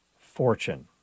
fortune